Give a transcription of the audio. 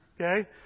Okay